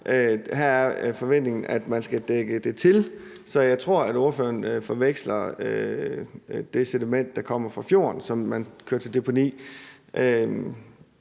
Her er forventningen, at man skal dække det til. Så jeg tror, at ordføreren forveksler det sediment, der kommer fra fjorden, som man kører til deponi,